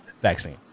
vaccine